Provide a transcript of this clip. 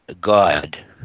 God